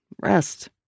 rest